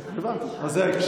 כן, הבנתי, אז זה ההקשר.